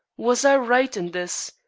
was i right in this?